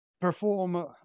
perform